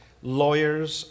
Lawyers